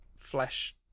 flesh